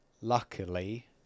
luckily